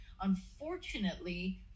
unfortunately